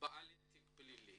בעלי תיק פלילי